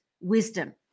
wisdom